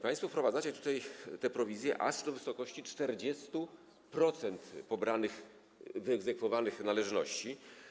Państwo wprowadzacie tutaj tę prowizję aż do wysokości 40% pobranych, wyegzekwowanych należności.